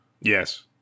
Yes